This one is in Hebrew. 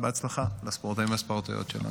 ובהצלחה לספורטאים ולספורטאיות שלנו.